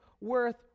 worth